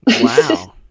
Wow